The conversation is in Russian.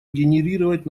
генерировать